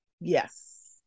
Yes